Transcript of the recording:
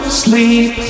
sleep